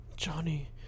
Johnny